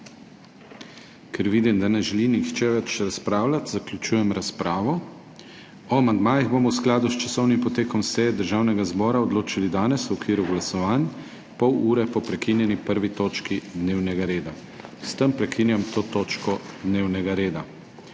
Ker vidim, da ne želi nihče več razpravljati, zaključujem razpravo. O amandmajih bomo v skladu s časovnim potekom seje Državnega zbora odločali danes v okviru glasovanj, pol ure po prekinjeni 1. točki dnevnega reda. S tem prekinjam to točko dnevnega reda.